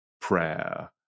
prayer